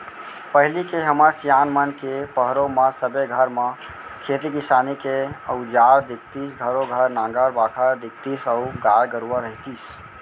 पहिली के हमर सियान मन के पहरो म सबे घर म खेती किसानी के अउजार दिखतीस घरों घर नांगर बाखर दिखतीस अउ गाय गरूवा रहितिस